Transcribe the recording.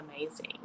amazing